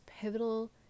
pivotal